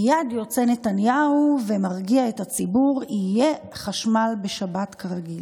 מייד יוצא נתניהו ומרגיע את הציבור: יהיה חשמל בשבת כרגיל.